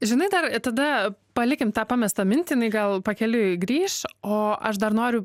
žinai dar tada palikim tą pamestą mintį jinai gal pakeliui grįš o aš dar noriu